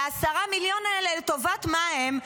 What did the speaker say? וה-10 מיליון האלה, לטובת מה הם?